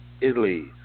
Italy